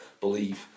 believe